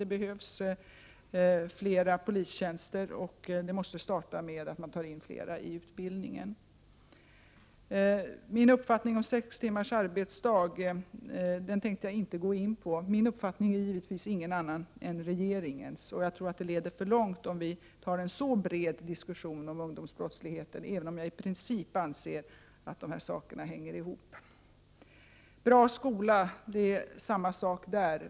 Det behövs flera polistjänster, och det måste starta med att man tar in flera i utbildningen. Min uppfattning om sex timmars arbetsdag tänkte jag inte gå in på. Min uppfattning är givetvis ingen annan än regeringens. Jag tror att det leder för långt om vi nu tar en så bred diskussion om ungdomsbrottsligheten, även om jag i princip anser att de här sakerna hänger ihop. När det gäller en bra skola är det samma förhållande.